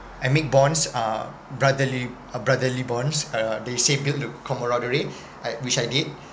I made bonds uh brotherly uh brotherly bonds uh they say build the camaraderie which I did